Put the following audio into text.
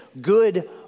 good